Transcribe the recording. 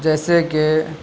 جیسے کہ